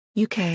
UK